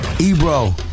Ebro